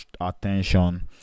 attention